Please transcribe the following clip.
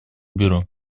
бюро